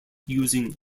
using